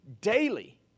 daily